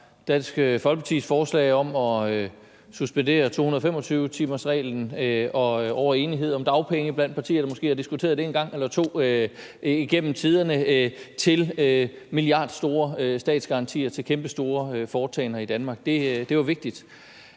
Dansk Folkepartis forslag om at suspendere 225-timersreglen over enighed om dagpenge – og det er blandt partier, der måske har diskuteret det en gang eller to igennem tiderne – og til milliardstore statsgarantier til kæmpestore foretagender i Danmark. Det var vigtigt.